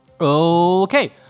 okay